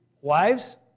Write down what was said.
Wives